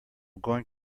going